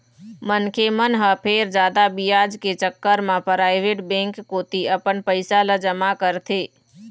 मनखे मन ह फेर जादा बियाज के चक्कर म पराइवेट बेंक कोती अपन पइसा ल जमा करथे